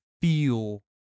feel